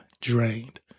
drained